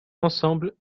ensemble